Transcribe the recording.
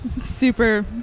Super